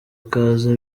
ikaze